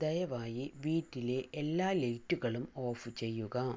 ദയവായി വീട്ടിലെ എല്ലാ ലൈറ്റുകളും ഓഫ് ചെയ്യുക